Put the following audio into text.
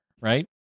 Right